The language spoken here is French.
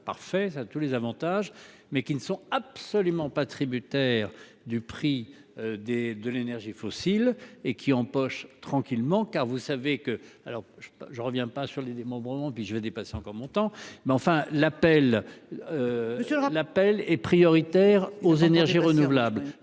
parfait ça tous les avantages, mais qui ne sont absolument pas tributaire du prix des de l'énergie fossile et qui empoche tranquillement car vous savez que alors je je reviens pas sur les démembrements puis je vais dépasser encore longtemps mais enfin l'appel. Sur un appel est prioritaire aux énergies renouvelables.